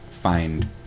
find